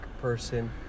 person